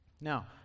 Now